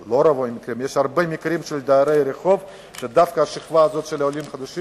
ויש הרבה מקרים שבהם דווקא השכבה של העולים החדשים